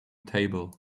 table